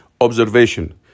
Observation